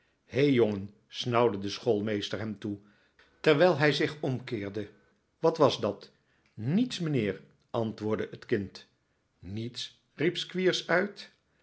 he jongen snauwde de schoolmeester hem toe terwijl hij zich omkeerde wat was dat niets mijnheer antwoordde het kind niets riep squeers uit